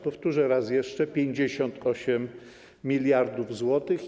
Powtórzę raz jeszcze: 58 mld zł.